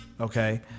Okay